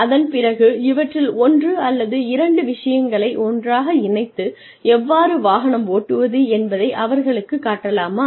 அதன் பிறகு இவற்றில் ஒன்று அல்லது இரண்டு விஷயங்களை ஒன்றாக இணைத்து எவ்வாறு வாகனம் ஓட்டுவது என்பதை அவர்களுக்குக் காட்டலாமா